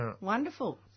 wonderful